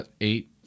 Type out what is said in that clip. eight